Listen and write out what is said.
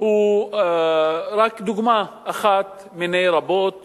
הוא רק דוגמה אחת מני רבות